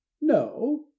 No